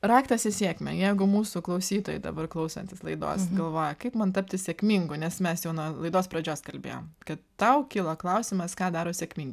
raktas į sėkmę jeigu mūsų klausytojai dabar klausantis laidos galvoja kaip man tapti sėkmingu nes mes jau nuo laidos pradžios kalbėjom kad tau kyla klausimas ką daro sėkmingi